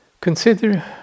consider